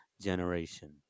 generations